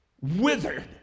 withered